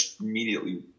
immediately